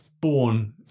born